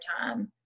time